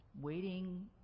Waiting